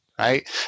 right